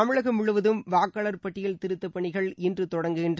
தமிழகம் முழுவதும் வாக்காளர் பட்டியல் திருத்தப் பணிகள் இன்று தொடங்குகிறது